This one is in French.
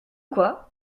quoi